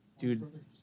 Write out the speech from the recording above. Dude